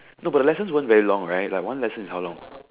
no but the lessons weren't very long right like one lesson is how long